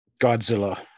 godzilla